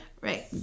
Right